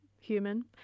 human